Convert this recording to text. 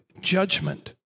judgment